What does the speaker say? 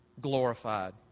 glorified